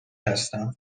هستم